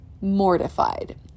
mortified